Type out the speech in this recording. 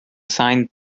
assigned